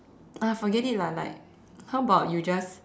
ah forget it lah like how bout you just